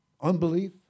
unbelief